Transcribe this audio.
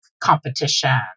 competition